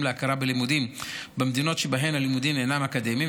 להכרה בלימודים במדינות שבהן הלימודים אינם אקדמיים,